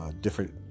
different